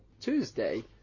Tuesday